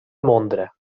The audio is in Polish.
mądre